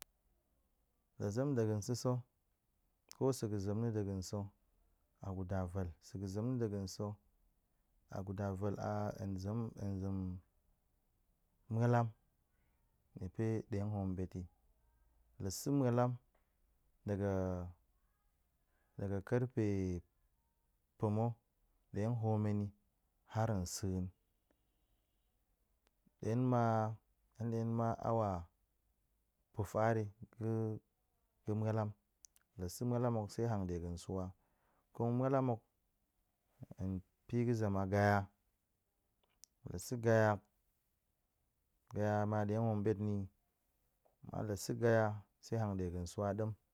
La zem de ga̱ sa̱sa̱, ko sa̱ ga̱ zem na̱ de ga̱ sa̱, a guda vel, sa̱ ga̱ zem na̱ de ga̱ sa̱ a kuda vel a hen zem hen zem mualam niepe de hoom ɓet ti, la sa̱ mualam daga karfe pa̱ma̱ de hoom hen i har nsa̱n, de ma hen de ma awa pa̱far yi ga̱ mualam, la sa̱ mualam hok se hanɗe ga̱n swa, nkong mualam hok, hen pi ga̱ zem a gaya, la sa̱ gaya, gaya ma ɗe hoom bet na̱ yi, ma la sa̱ gaya se hanɗe ga̱n swa ɗem